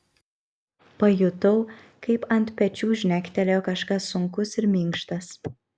pajutau kaip ant pečių žnektelėjo kažkas sunkus ir minkštas